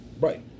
Right